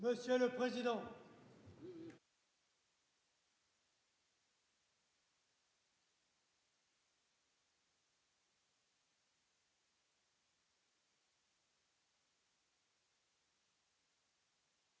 Monsieur le président,